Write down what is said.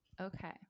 Okay